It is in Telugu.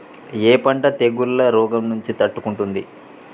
ఏ పంట తెగుళ్ల రోగం నుంచి తట్టుకుంటుంది?